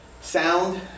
Sound